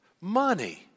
money